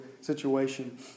situation